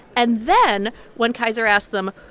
and then when kaiser asked them,